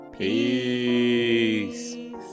Peace